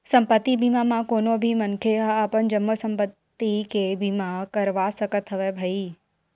संपत्ति बीमा म कोनो भी मनखे ह अपन जम्मो संपत्ति के बीमा करवा सकत हवय भई